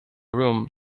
room